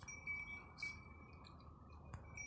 ಉಳಿತಾಯ ಖಾತೆ ತೆರಿಲಿಕ್ಕೆ ಕೆ.ವೈ.ಸಿ ತಿದ್ದುಪಡಿ ಅವಶ್ಯ ಅದನಾ?